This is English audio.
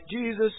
Jesus